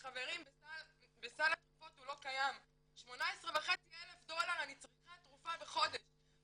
חולה מספר שבע לא יכול לבוא בגדרי הסעיף כי הסעיף מגביל אותו רק אם